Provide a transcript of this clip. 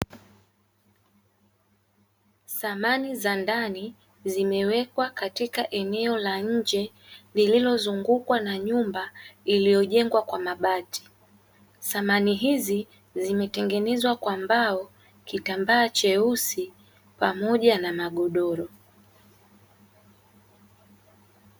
Samani za ndani zimewekwa katika eneo la nje lililozungukwa kwa nyumba iliyojengwa kwa mabati, samani hizi zimetengenezwa kwa mbao, kitambaa cheusi pamoja na magodoro.